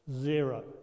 zero